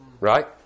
right